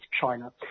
China